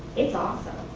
it's awesome.